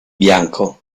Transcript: bianco